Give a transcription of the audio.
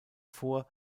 vor